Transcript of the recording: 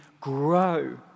grow